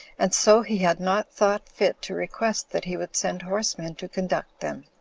and so he had not thought fit to request that he would send horsemen to conduct them.